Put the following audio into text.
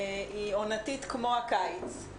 היא עונתית כמו הקיץ.